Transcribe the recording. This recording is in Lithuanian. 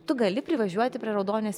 tu gali privažiuoti prie raudonės